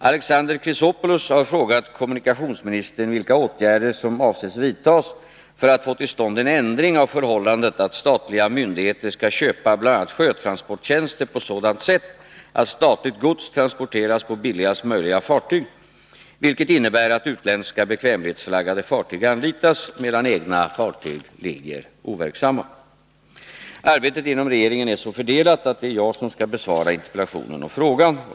Alexander Chrisopoulos har frågat kommunikationsministern vilka åtgärder som avses vidtas för att få till stånd en ändring av förhållandet att statliga myndigheter skall köpa bl.a. sjötransporttjänster på sådant sätt att statligt gods transporteras på billigaste möjliga fartyg, vilket innebär att utländska bekvämlighetsflaggade fartyg anlitas, medan egna fartyg ligger overksamma. Arbetet inom regeringen är så fördelat att det är jag som skall besvara interpellationen och frågan.